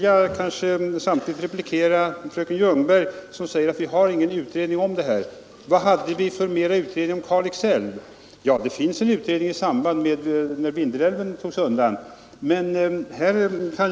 Jag vill samtidigt replikera fröken Ljungberg, som sade att vi inte har någon utredning om Mellanljusnan. Hade vi mera utredning om Kalix älv? Ja, det finns en utredning som gjordes i samband med att Vindelälven togs undan men som inte är redovisad för riksdagen.